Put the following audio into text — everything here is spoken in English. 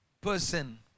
person